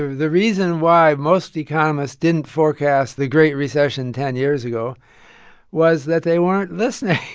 the reason why most economists didn't forecast the great recession ten years ago was that they weren't listening.